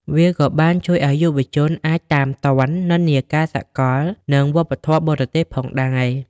វាក៏បានជួយឱ្យយុវជនអាចតាមទាន់និន្នាការសកលនិងវប្បធម៌បរទេសផងដែរ។